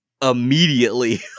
immediately